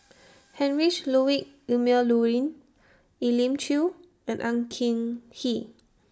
Heinrich Ludwig Emil Luering Elim Chew and Ang King He